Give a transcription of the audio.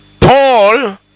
Paul